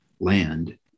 land